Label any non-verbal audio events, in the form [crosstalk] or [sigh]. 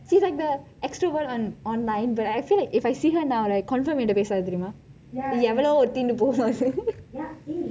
she is like the extrovert one online but I feel like if I see her now confirm எங்கிட்டே பேசாது தெரியுமா எவ்வளவோ ஒருத்தி போகும் அது:enkithei pesathu theriyuma evalovo oruthi pokum athu [laughs]